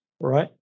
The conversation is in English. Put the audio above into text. right